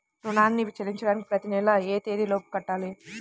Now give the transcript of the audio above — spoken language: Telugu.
రుణాన్ని చెల్లించడానికి ప్రతి నెల ఏ తేదీ లోపు కట్టాలి?